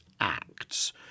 acts